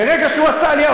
מרגע שהוא עשה עלייה,